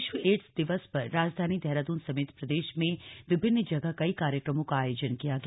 विश्व एड्स दिवस पर राजधानी देहरादून समेत प्रदेश में विभिन्न जगह कई कार्यक्रमों का आयोजन किया गया